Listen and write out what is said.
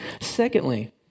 Secondly